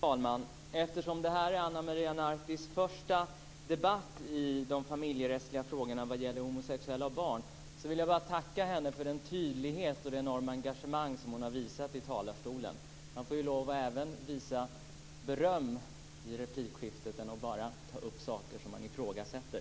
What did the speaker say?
Fru talman! Det är Ana Maria Nartis första debatt i familjerättsliga frågor vad gäller homosexuella och barn men jag vill tacka för den tydlighet och det enorma engagemang som hon visat här i talarstolen - man får ju också ge beröm i ett replikskifte, inte bara ta upp saker som man ifrågasätter.